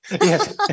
Yes